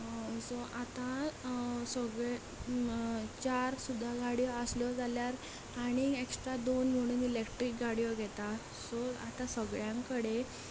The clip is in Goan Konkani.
सो आतां सगले चार सुद्दां गाडयो आसल्यो जाल्यार आणीक एक्स्ट्रा दोन म्हणून इलेक्ट्रीक गाडयो घेता सगल्यां कडेन